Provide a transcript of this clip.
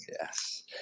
Yes